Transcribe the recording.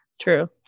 True